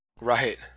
Right